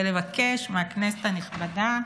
ולבקש מהכנסת הנכבדה